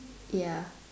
ya